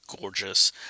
gorgeous